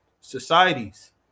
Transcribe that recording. societies